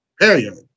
period